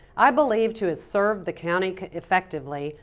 i believe to serve the county effectively,